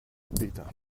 später